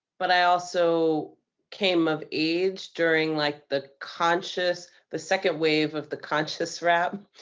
but i also came of age during like the conscious the second wave of the conscious rap